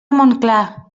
montclar